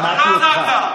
שמעתי אותך.